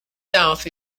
south